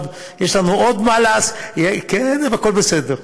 יש לנו עוד מה לעשות עם הכסף.